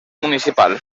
municipal